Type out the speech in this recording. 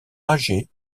âgé